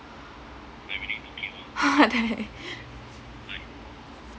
ha die